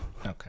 Okay